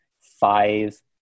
Five